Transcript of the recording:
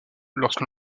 lorsque